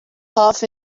half